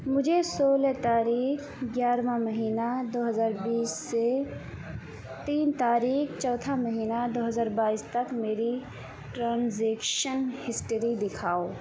مجھے سولہ تاریخ گیارھواں مہینہ دو ہزار بیس سے تین تاریخ چوتھا مہینہ دو ہزار بائیس تک میری ٹرانزیکشن ہسٹری دکھاؤ